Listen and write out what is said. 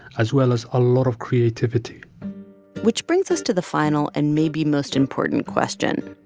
as well as a lot of creativity which brings us to the final and maybe most important question.